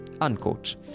unquote